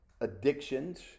addictions